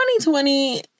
2020